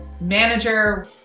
manager